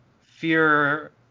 fear